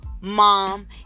mom